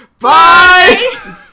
Bye